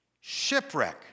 Shipwreck